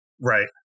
right